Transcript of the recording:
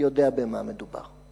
יודע במה מדובר.